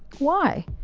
why?